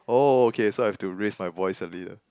oh oh okay so I have to raise my voice a bit eh